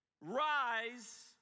rise